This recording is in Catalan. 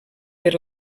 per